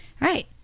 Right